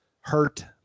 hurt